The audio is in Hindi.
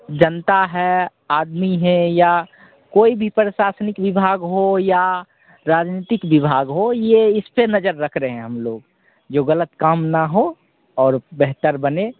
जनता है आदमी हैं या कोई भी प्रशासनिक विभाग हो या राजनीतिक विभाग हो यह इस पर नज़र रख रहे हैं हम लोग जो ग़लत काम ना हो और बेहतर बने